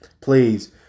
Please